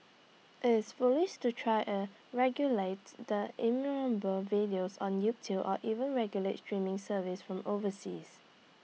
it's foolish to try A regulate the innumerable videos on YouTube or even regulate streaming services from overseas